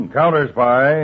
counter-spy